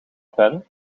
pen